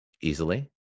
Easily